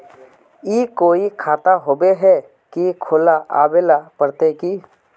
ई कोई खाता होबे है की खुला आबेल पड़ते की?